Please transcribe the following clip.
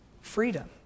freedom